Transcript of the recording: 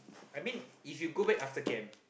I mean if you go back after camp